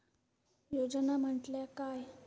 योजना म्हटल्या काय?